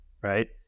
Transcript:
right